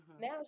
now